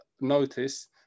notice